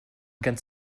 ganz